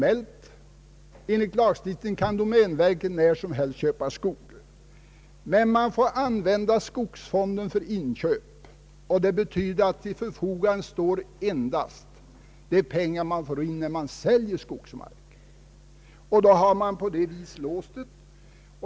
Enligt gällande lagstiftning kan domänverket när som helst köpa skog, men måste använda skogsfonden för inköp. Det betyder att till förfogande endast står de pengar som domänverket får in vid försäljning av mark. På det sättet har vi låst domänverket.